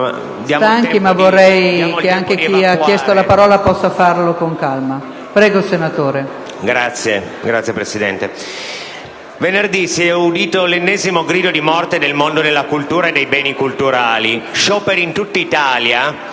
stanchi, ma vorrei che chi ha chiesto la parola possa intervenire con calma. AIROLA *(M5S)*. Grazie, Presidente. Venerdì si è udito l'ennesimo grido di morte del mondo della cultura e dei beni culturali.